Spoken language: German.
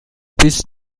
bis